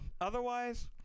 Otherwise